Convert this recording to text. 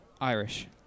Irish